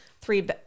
three